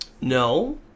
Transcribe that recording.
No